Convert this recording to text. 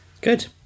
Good